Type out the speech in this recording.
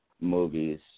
movies